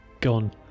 gone